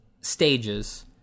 stages